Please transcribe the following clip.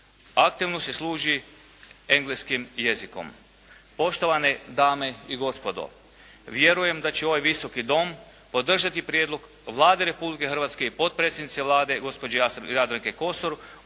Aktivno se služi engleskim jezikom. Poštovane dame i gospodo, vjerujem da će ovaj Visoki dom podržati prijedlog Vlade Republike Hrvatske i potpredsjednice Vlade gospođe Jadranke Kosor